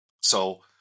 So-